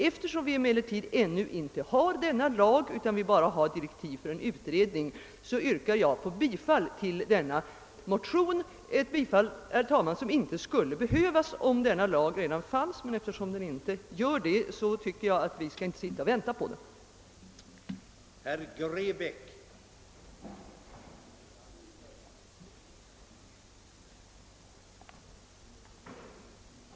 Eftersom vi emellertid ännu inte har en lag som överensstämmer med direktiven för denna utredning, yrkar jag bifall till förevarande motioner. Detta yrkande skulle inte behövas om en lag av denna innebörd redan fanns, men jag tycker att vi inte skall vänta på att den blir genomförd.